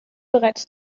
bereits